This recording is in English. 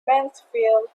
mansfield